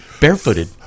Barefooted